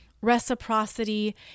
reciprocity